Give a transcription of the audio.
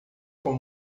com